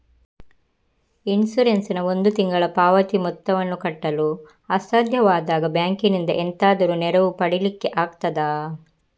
Insurance ನ ಒಂದು ತಿಂಗಳ ಪಾವತಿ ಮೊತ್ತವನ್ನು ಕಟ್ಟಲು ಅಸಾಧ್ಯವಾದಾಗ ಬ್ಯಾಂಕಿನಿಂದ ಎಂತಾದರೂ ನೆರವು ಪಡಿಲಿಕ್ಕೆ ಆಗ್ತದಾ?